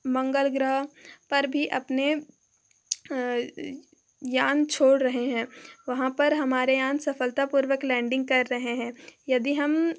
मंगल ग्रह पर भी अपने यान छोड़ रहे हैं वहाँ पर हमारे यान सफलतापूर्वक लैंडिंग कर रहे हैं यदि हम